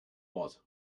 was